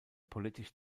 politisch